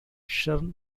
shamrocks